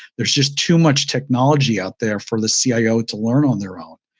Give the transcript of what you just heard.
there's just too much technology out there for the so cio to learn on their own.